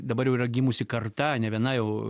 dabar jau yra gimusi karta ne viena jau